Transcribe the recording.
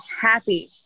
happy